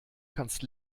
kannst